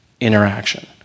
interaction